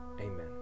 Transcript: amen